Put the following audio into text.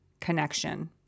connection